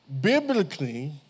Biblically